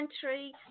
country